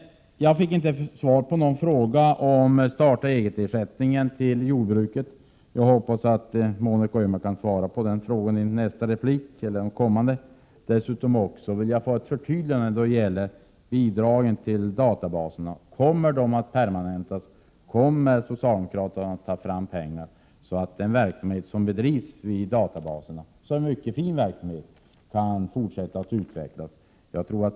Jag fick inte svar på min fråga om starta-eget-ersättningen till jordbruk. Jag hoppas att Monica Öhman kan svara på den frågan i en kommande replik. Jag vill dessutom ha ett förtydligande när det gäller bidrag till databaser. Kommer de att permanentas? Kommer socialdemokraterna att ta fram pengar, så att den mycket fina verksamhet som bedrivs i databaserna kan fortsätta att utvecklas?